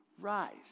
rise